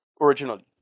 originally